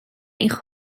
eich